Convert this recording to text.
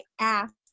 ask